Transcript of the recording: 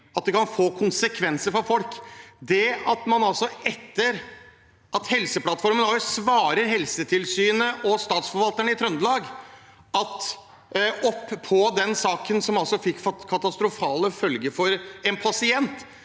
at det kan få konsekvenser for folk. Når man etter Helseplattformen svarer Helsetilsynet og Statsforvalteren i Trøndelag om den saken som altså fikk katastrofale følger for en pasient,